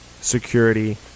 security